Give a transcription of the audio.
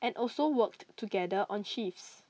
and also worked together on shifts